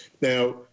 Now